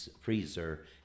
freezer